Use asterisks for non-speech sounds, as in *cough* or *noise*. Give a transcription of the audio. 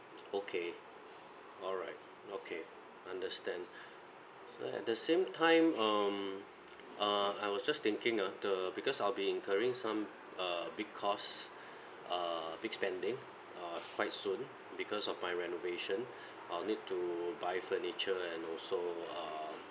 okay alright okay understand *breath* at the same time um uh I was just thinking ah the because I'll be incurring some uh big cost err big spending uh quite soon because of my renovation *breath* I'll need to buy furniture and also err